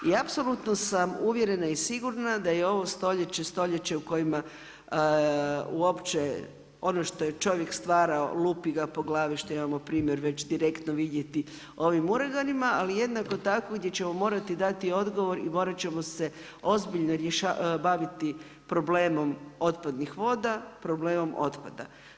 I apsolutno sam uvjerena i sigurna da je ovo stoljeće, stoljeće u kojima uopće ono što je čovjek stvarao, lupi ga po glavi, što imamo primjer već direktno vidjeti ovim … [[Govornik se ne razumije]] ali jednako tako gdje ćemo morati dati i odgovor i morati ćemo se ozbiljno baviti problemom otpadnih voda, problemom otpada.